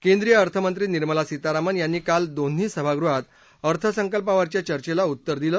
केंद्रीय अर्थमंत्री निर्मला सीतारामन यांनी काल दोन्ही सभागृहात अर्थसंकल्पावरच्या चर्येला उत्तर दिलं